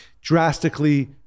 drastically